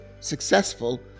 successful